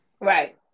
right